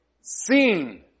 seen